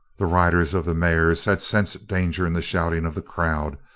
the riders of the mares had sensed danger in the shouting of the crowd,